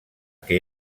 que